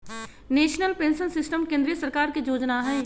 national pension system केंद्रीय सरकार के जोजना हइ